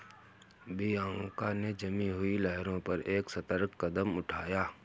Bianca ने जमी हुई लहरों पर एक सतर्क कदम उठाया